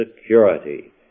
security